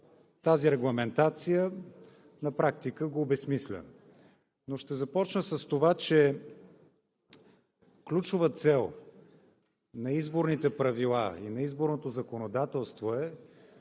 тази регламентация на практика го обезсмисля. Ще започна с това, че ключова цел на изборните правила, на изборното законодателство е